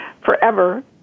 forever